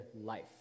life